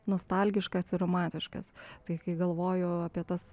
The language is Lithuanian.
nostalgiškas ir romantiškas tai kai galvoju apie tas